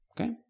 Okay